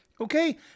okay